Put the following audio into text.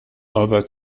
other